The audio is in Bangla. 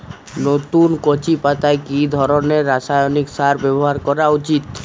নতুন কচি পাতায় কি ধরণের রাসায়নিক সার ব্যবহার করা উচিৎ?